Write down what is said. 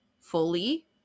fully